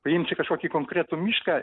paimsi kažkokį konkretų mišką